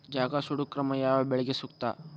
ಜಗಾ ಸುಡು ಕ್ರಮ ಯಾವ ಬೆಳಿಗೆ ಸೂಕ್ತ?